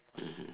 mmhmm